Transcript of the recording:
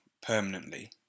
permanently